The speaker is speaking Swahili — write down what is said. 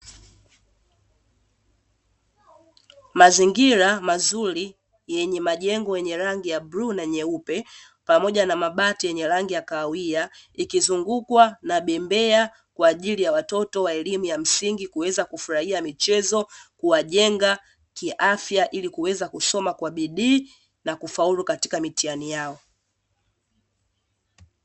Mazingira mazuri yenye majengo yenye rangi ya bluu na nyeupe pamoja na mabati yenye rangi ya kahawia, ikizungukwa na bembea kwa ajili ya watoto wa elimu ya msingi kuweza kufurahia michezo, kuwajenga kiafya ili kuweza kusoma kwa bidii na kufaulu katika mitihani yao.